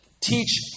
teach